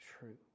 true